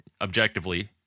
objectively